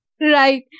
Right